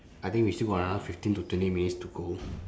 I think we still got another fifteen to twenty minutes to go